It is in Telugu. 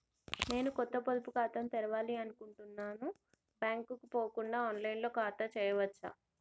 నేను ఒక కొత్త పొదుపు ఖాతాను తెరవాలని అనుకుంటున్నా బ్యాంక్ కు పోకుండా ఆన్ లైన్ లో ఖాతాను తెరవవచ్చా?